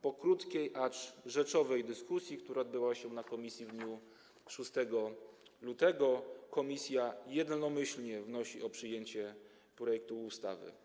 Po krótkiej, acz rzeczowej dyskusji, która odbyła się w komisji w dniu 6 lutego, komisja jednomyślnie wnosi o przyjęcie tego projektu ustawy.